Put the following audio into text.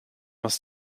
must